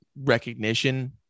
recognition